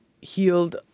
healed